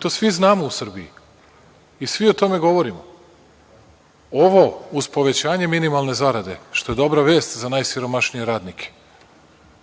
To svi znamo u Srbiji i svi o tome govorimo. Ovo, uz povećanje minimalne zarade, što je dobra vest za najsiromašnije radnike,